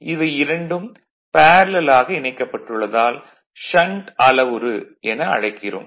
இவை இரண்டும் பேரலல் ஆக இணைக்கப்பட்டுள்ளதால் ஷன்ட் அளவுரு என அழைக்கிறோம்